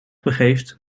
begeeft